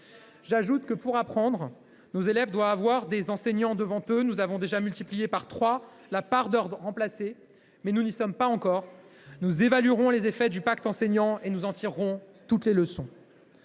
J’ajoute que, pour apprendre, nos élèves doivent avoir des enseignants devant eux. Nous avons déjà multiplié par trois la part d’heures remplacées, mais nous n’y sommes pas encore. Nous évaluerons les effets du pacte enseignant et nous en tirerons toutes les leçons.